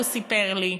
הוא סיפר לי,